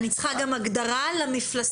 אני צריכה גם הגדרה למפלסים.